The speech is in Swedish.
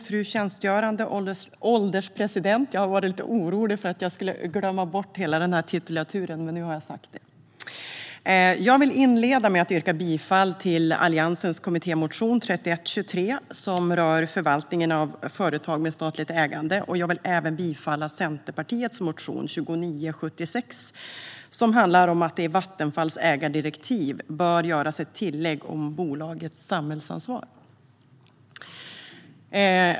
Fru ålderspresident! Jag har varit lite orolig för att jag skulle glömma bort titulaturen, men nu har jag sagt det. Jag vill inleda med att yrka bifall till Alliansens kommittémotion 2016 17:2976, som handlar om att det i Vattenfalls ägardirektiv bör göras ett tillägg om bolagets samhällsansvar.